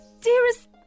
dearest